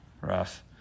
Rough